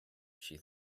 she